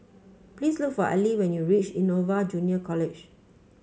please look for Allie when you reach Innova Junior College